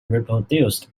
reproduced